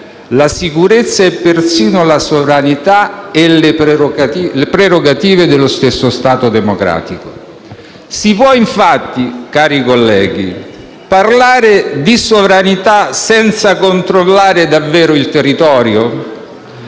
la sicurezza e persino la sovranità e le prerogative dello stesso Stato democratico. Si può infatti, cari colleghi, parlare di sovranità senza controllare davvero il territorio?